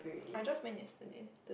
I just went yesterday